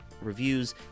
reviews